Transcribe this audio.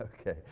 Okay